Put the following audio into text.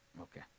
Okay